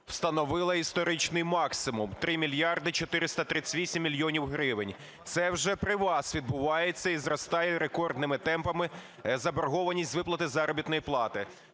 встановила історичний максимум – 3 мільярди 438 мільйонів гривень. Це вже при вас відбувається і зростає рекордними темпами заборгованість із виплати заробітної плати.